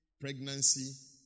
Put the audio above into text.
pregnancy